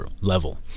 level